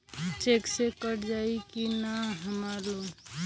Check से cut जाई की ना हमार लोन?